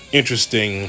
interesting